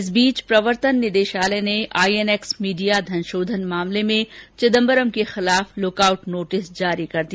इस बीच प्रवर्तन निदेशालय ने आई एन एक्स मीडिया धनशोधन मामले में चिदम्बरम के खिलाफ लुकआउट नोटिस जारी कर दिया